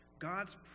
God's